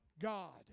God